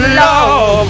love